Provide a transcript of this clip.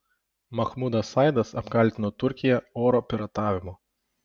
mahmudas saidas apkaltino turkiją oro piratavimu